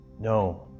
No